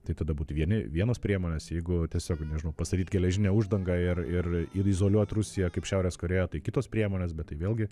tai tada būtų vieni vienos priemonės jeigu tiesiog nežinau pastatyt geležinę uždangą ir ir ir izoliuot rusiją kaip šiaurės korėją tai kitos priemonės bet tai vėlgi